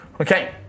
Okay